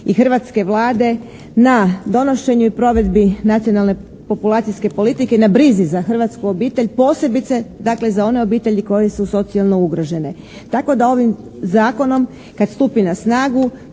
i hrvatske Vlade na donošenju i provedbi Nacionalne populacijske politike, na brizi za hrvatsku obitelj, posebice dakle za one obitelji koje su socijalno ugrožene. Tako da ovim zakonom kad stupi na snagu